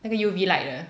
那个 U_V light 的